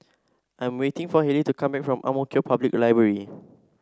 I am waiting for Hailee to come back from Ang Mo Kio Public Library